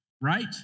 right